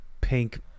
pink